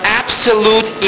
absolute